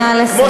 נא לסיים.